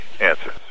answers